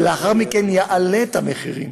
ולאחר מכן יעלה את המחירים.